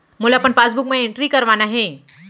मोला अपन पासबुक म एंट्री करवाना हे?